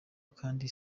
kandi